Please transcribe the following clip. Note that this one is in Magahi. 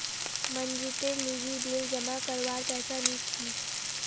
मनजीतेर लीगी बिल जमा करवार पैसा नि छी